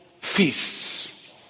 feasts